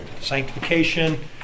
sanctification